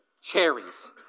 cherries